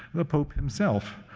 the pope himself.